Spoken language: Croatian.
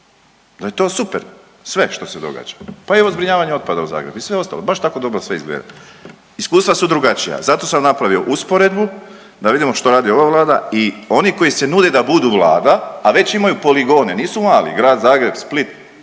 da je to super sve što se događa, pa i ovo zbrinjavanje otpada u Zagrebu i sve ostalo, baš tako dobro sve izgleda. Iskustva su drugačija, zato sam napravio usporedbu da vidimo što radi ova Vlada i oni koji se nude da budu Vlada, a već imaju poligone, nisu mali, Grad Zagreb, Split,